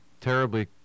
terribly